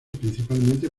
principalmente